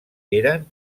eren